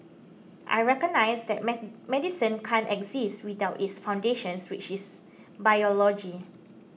I recognise that medicine can't exist without its foundations which is biology